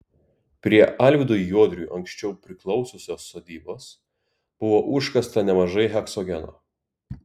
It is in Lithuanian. prie alvydui juodriui anksčiau priklausiusios sodybos buvo užkasta nemažai heksogeno